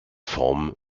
form